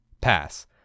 Pass